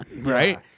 right